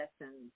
lessons